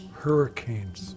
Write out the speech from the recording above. hurricanes